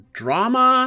drama